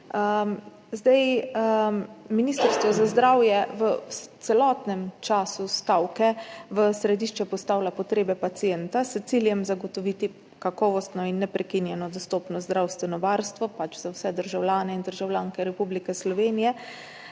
dalje. Ministrstvo za zdravje v celotnem času stavke v središče postavlja potrebe pacienta s ciljem zagotoviti kakovostno in neprekinjeno dostopno zdravstveno varstvo za vse državljane in državljanke Republike Slovenije